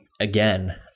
Again